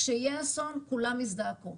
כשיהיה אסון, כולם יזדעקו.